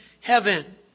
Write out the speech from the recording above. heaven